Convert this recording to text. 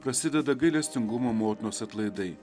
prasideda gailestingumo motinos atlaidai